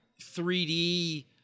3D